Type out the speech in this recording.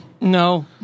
No